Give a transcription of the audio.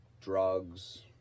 drugs